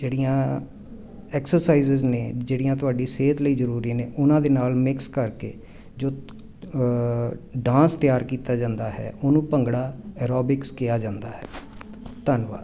ਜਿਹੜੀਆਂ ਐਕਸਰਸਾਈਜ਼ਿਸ ਨੇ ਜਿਹੜੀਆਂ ਤੁਹਾਡੀ ਸਿਹਤ ਲਈ ਜ਼ਰੂਰੀ ਨੇ ਉਹਨਾਂ ਦੇ ਨਾਲ ਮਿਕਸ ਕਰਕੇ ਜੋ ਡਾਂਸ ਤਿਆਰ ਕੀਤਾ ਜਾਂਦਾ ਹੈ ਉਹਨੂੰ ਭੰਗੜਾ ਐਰੋਬਿਕਸ ਕਿਹਾ ਜਾਂਦਾ ਹੈ ਧੰਨਵਾਦ